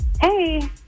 Hey